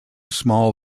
small